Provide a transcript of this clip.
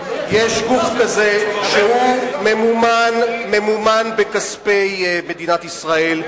אבל, יש גוף כזה שממומן בכספי מדינת ישראל.